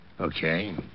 Okay